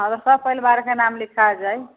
सब परिवार के नाम लिखा जाइ